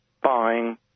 buying